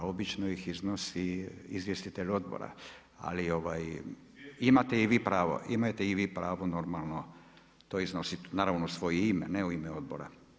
Obično ih iznosi izvjestitelj odbora ali imate i vi pravo, imate i vi pravo normalno to iznositi, naravno u svoje ime ne u ime odbora.